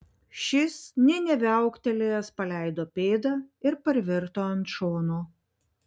šis nė neviauktelėjęs paleido pėdą ir parvirto ant šono